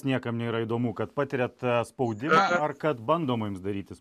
niekam nėra įdomu kad patiriat spaudimą ar kad bandoma jums daryti